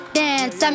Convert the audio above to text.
dance